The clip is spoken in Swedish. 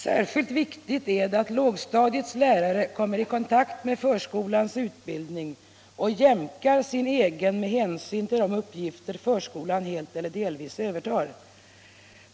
Särskilt viktigt är det att lågstadiets lärare kommer i kontakt med förskolans utbildning och jämkar sin egen med hänsyn till de uppgifter förskolan helt eller delvis övertar.